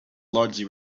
largely